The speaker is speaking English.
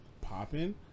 popping